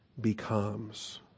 becomes